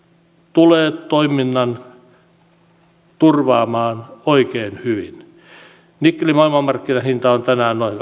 tulee toiminnan turvaamaan oikein hyvin nikkelin maailmanmarkkinahinta on tänään noin